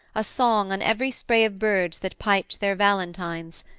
a song on every spray of birds that piped their valentines,